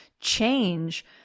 change